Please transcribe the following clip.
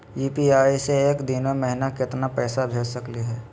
UPI स एक दिनो महिना केतना पैसा भेज सकली हे?